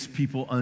people